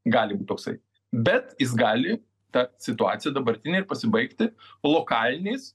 gali būt toksai bet jis gali ta situacija dabartinė ir pasibaigti lokaliniais